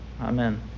Amen